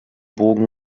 bogen